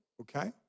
okay